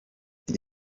ati